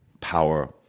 power